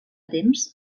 temps